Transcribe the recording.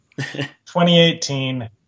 2018